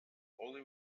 only